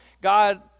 God